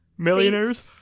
Millionaires